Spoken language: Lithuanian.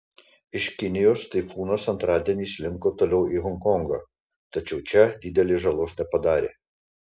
iš kinijos taifūnas antradienį slinko toliau į honkongą tačiau čia didelės žalos nepadarė